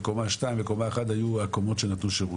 וקומות 2 ו-1 היו הקומות שנתנו שירות.